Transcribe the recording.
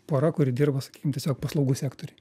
pora kuri dirba sakykim tiesiog paslaugų sektoriuj